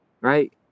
right